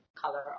color